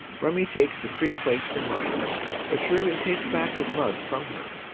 rummy takes the three plates and mugs but shirley takes back his mug from her,